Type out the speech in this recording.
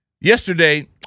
Yesterday